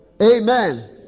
Amen